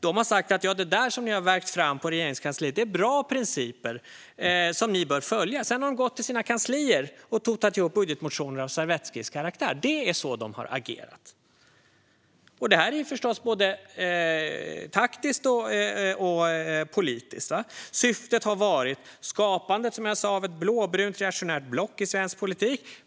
De har sagt: "Det som ni har värkt fram på Regeringskansliet är bra principer, som ni bör följa". Sedan har de gått till sina kanslier och totat ihop budgetmotioner av servettskisskaraktär. På det sättet har de agerat. Det är förstås både taktiskt och politiskt. Syftet har varit skapandet av ett blåbrunt reaktionärt block i svensk politik.